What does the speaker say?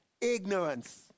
ignorance